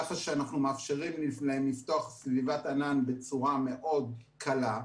ככה שאנחנו מאפשרים להם לפתוח סביבת ענן בצורה מאוד קלה.